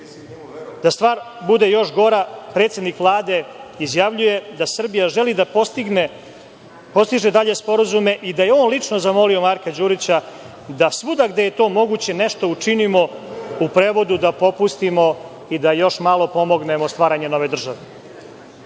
Da stvar bude još gora, predsedik Vlade izjavljuje da Srbija želi da postiže dalje sporazume i da je on lično zamolio Marka Đurića da svuda gde je to moguće nešto učinimo u prevodu da popustimo i da još malo pomognemo stvaranje nove države.